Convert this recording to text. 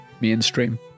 Mainstream